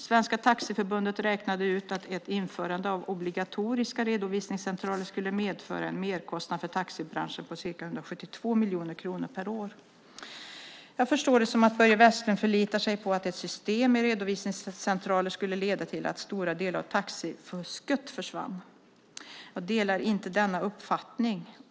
Svenska Taxiförbundet räknade ut att ett införande av obligatoriska redovisningscentraler skulle medföra en merkostnad för taxibranschen på ca 172 miljoner kronor per år. Jag förstår det som att Börje Vestlund förlitar sig på att ett system med redovisningscentraler skulle leda till att stora delar av taxifusket försvann. Jag delar inte denna uppfattning.